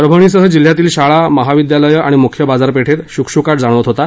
परभणीसह जिल्ह्यातील शाळा महाविद्यालयं आणि मुख्य बाजारपेठेत शुकशुकाट जाणवत होता